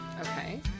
Okay